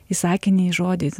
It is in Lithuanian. į sakinį į žodį